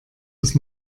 das